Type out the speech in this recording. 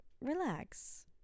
relax